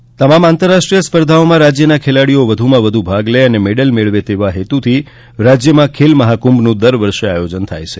ખેલ મહાકુંભ તમામ આંતરરાષ્ટ્રી સ્પર્ધામાં રાજ્યના ખેલાડીઓ વધુ ભાગ લે અને મેડલ મેળવે તેવા હેતુથી રાજ્યમાં ખેલ મહાકુંભનું દર વર્ષે આયોજન થાય છે